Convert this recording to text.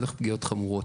בטח פגיעות חמורות.